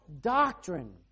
Doctrine